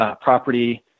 property